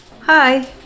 hi